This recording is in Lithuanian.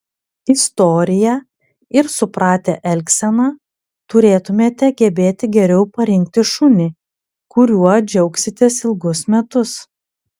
istoriją ir supratę elgseną turėtumėte gebėti geriau parinkti šunį kuriuo džiaugsitės ilgus metus